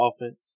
offense